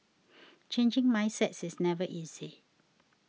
changing mindsets is never easy